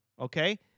okay